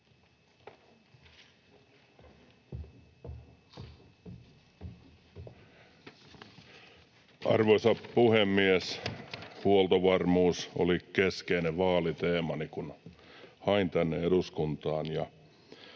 Arvoisa puhemies! Huoltovarmuus oli keskeinen vaaliteemani, kun hain tänne eduskuntaan,